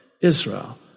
Israel